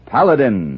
Paladin